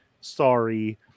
sorry